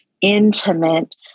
intimate